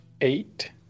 eight